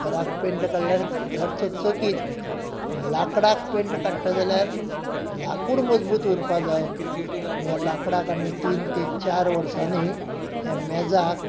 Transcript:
घराक पेंट काडल्यार घर चकचकीत पूण लाकडाक पेंट काडटा जाल्यार लाकूड मजबूत उरपाक जाय पूण ह्या लाकडाक आमी तीन ते चार वर्सांनी ह्या मेजाक